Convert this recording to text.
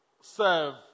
serve